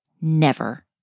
Never